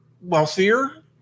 wealthier